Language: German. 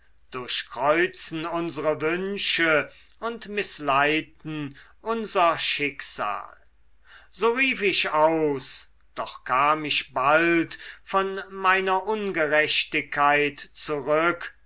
durchkreuzen unsre wünsche und mißleiten unser schicksal so rief ich aus doch kam ich bald von meiner ungerechtigkeit zurück